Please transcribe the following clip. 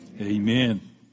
amen